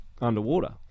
underwater